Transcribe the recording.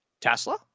Tesla